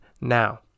now